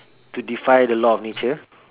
to defy the law of nature